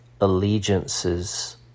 allegiances